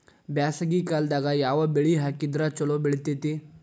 ಬ್ಯಾಸಗಿ ಕಾಲದಾಗ ಯಾವ ಬೆಳಿ ಹಾಕಿದ್ರ ಛಲೋ ಬೆಳಿತೇತಿ?